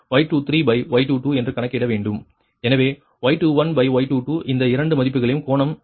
எனவே Y21Y22 இந்த இரண்டு மதிப்புகளையும் கோணம் 22